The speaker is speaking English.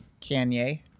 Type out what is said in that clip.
Kanye